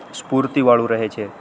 સ્ફૂર્તિવાળું રહે છે